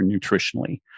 nutritionally